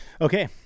Okay